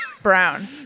Brown